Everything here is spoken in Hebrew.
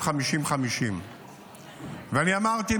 של 50% 50%. ואני אמרתי,